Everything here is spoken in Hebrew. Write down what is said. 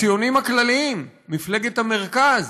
הציונים הכלליים, מפלגת המרכז